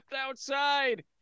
outside